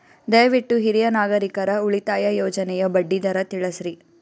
ದಯವಿಟ್ಟು ಹಿರಿಯ ನಾಗರಿಕರ ಉಳಿತಾಯ ಯೋಜನೆಯ ಬಡ್ಡಿ ದರ ತಿಳಸ್ರಿ